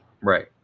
Right